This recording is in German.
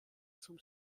zum